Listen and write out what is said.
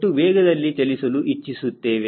ಎಷ್ಟು ವೇಗದಲ್ಲಿ ಚಲಿಸಲು ಇಚ್ಚಿಸುತ್ತೇವೆ